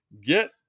Get